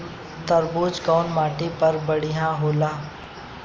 तरबूज कउन माटी पर बढ़ीया होला?